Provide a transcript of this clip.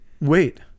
wait